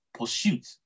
pursuit